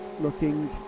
looking